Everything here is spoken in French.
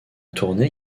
tournée